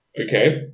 Okay